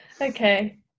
okay